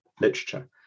literature